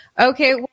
Okay